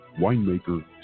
winemaker